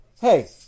Hey